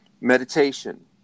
Meditation